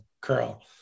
curl